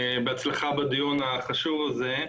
טוב ובהצלחה בדיון החשוב הזה.